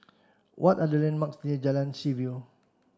what are the landmarks near Jalan Seaview